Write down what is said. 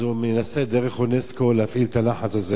אז הוא מנסה דרך אונסק"ו להפעיל את הלחץ הזה.